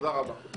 תודה רבה.